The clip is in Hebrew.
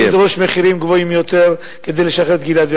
בכך שידרוש מחירים גבוהים יותר כדי לשחרר את גלעד.